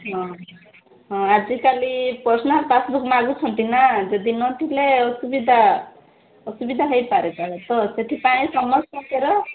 ହଁ ହଁ ଆଜିକାଲି ପର୍ସନାଲ୍ ପାସ୍ବୁକ୍ ମାଗୁଛନ୍ତି ନାଁ ଯଦି ନଥିଲେ ଅସୁବିଧା ଅସୁବିଧା ହେଇପାରେ ସେଥିପାଇଁ ସମସ୍ତଙ୍କର